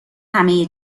همه